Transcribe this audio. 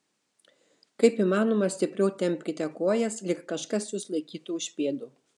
kaip įmanoma stipriau tempkite kojas lyg kažkas jus laikytų už pėdų